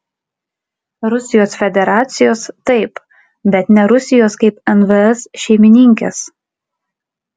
rusijos federacijos taip bet ne rusijos kaip nvs šeimininkės